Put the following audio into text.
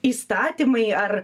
įstatymai ar